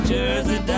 Jersey